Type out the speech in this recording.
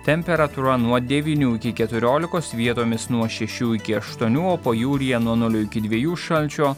temperatūra nuo devynių iki keturiolikos vietomis nuo šešių iki aštuonių pajūryje nuo nulio iki dviejų šalčio